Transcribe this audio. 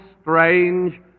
strange